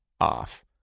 off